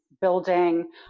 building